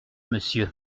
monsieur